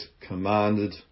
commanded